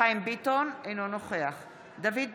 אינו נוכח דוד ביטן,